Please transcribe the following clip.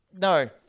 No